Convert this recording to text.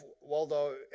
Waldo